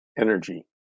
energy